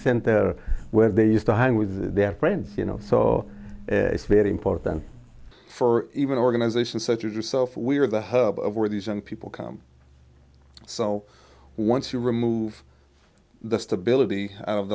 center where they used to hang with their friends you know so it's very important for even organizations such as yourself we're the hub of where these young people come so once you remove the stability of